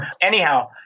anyhow